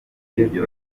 ibiryo